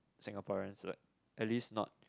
Singaporeans at least not